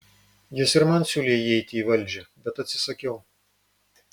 jis ir man siūlė įeiti į valdžią bet atsisakiau